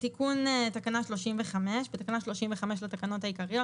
"תיקון תקנה 35 בתקנה 35 לתקנות העיקריות,